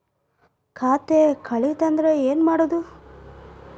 ಖಾತೆ ಕಳಿತ ಅಂದ್ರೆ ಏನು ಮಾಡೋದು?